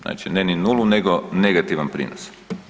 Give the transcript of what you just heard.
Znači ne ni nulu nego negativan prinos.